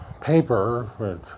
paper